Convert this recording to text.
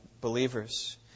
believers